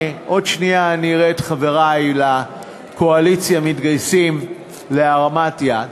עוד שנייה אני אראה את חברי לקואליציה מתגייסים להרמת יד,